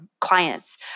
clients